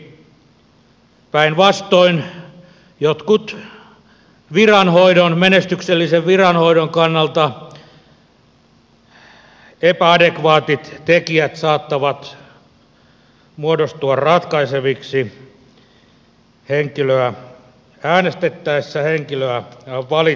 päinvastoin jotkut menestyksellisen viranhoidon kannalta epäadekvaatit tekijät saattavat muodostua ratkaiseviksi äänestettäessä ja valittaessa henkilöä